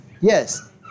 Yes